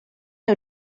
you